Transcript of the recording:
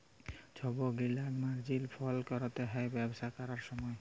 ছব গিলা মার্জিল ফল ক্যরতে হ্যয় ব্যবসা ক্যরার সময়